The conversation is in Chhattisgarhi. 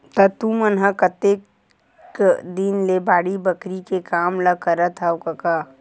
त तुमन ह कतेक दिन ले बाड़ी बखरी के काम ल करत हँव कका?